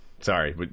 Sorry